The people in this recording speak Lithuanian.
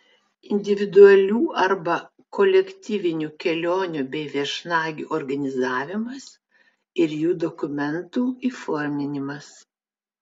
individualių arba kolektyvinių kelionių bei viešnagių organizavimas ir jų dokumentų įforminimas